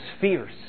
fierce